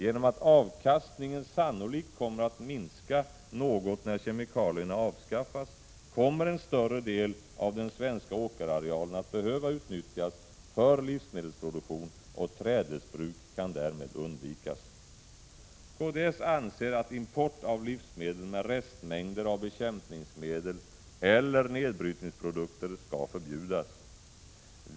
Genom att avkastningen sannolikt kommer att minska något när kemikalierna avskaffas kommer en större del av den svenska åkerarealen att behöva utnyttjas för livsmedelsproduktion, och trädesbruk kan därmed undvikas. Kds anser att importen av livsmedel med restmängder av bekämpningsmedel eller nedbrytningsprodukter skall förbjudas.